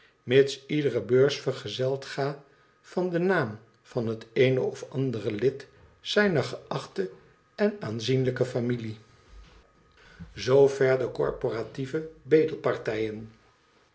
mits iedere beurs vergezeld ga van den naam van het eene of andere lid zijner geachte en aanzienlijke familie zoo ver de corporatieve